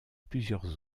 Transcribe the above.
plusieurs